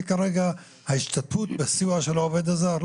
כרגע ההשתתפות בסיוע של העובד הזר,